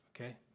okay